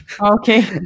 okay